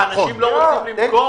אנשים לא רוצים למכור?